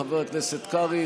חבר הכנסת קרעי,